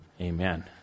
amen